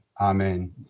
Amen